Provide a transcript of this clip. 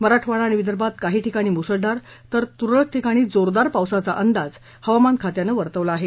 मराठवाडा आणि विदर्भात काही ठिकाणी मुसळधार तर तुरळक ठिकाणी जोरदार पावसाचा अंदाज हवामाना खात्यानं वर्तवला आहे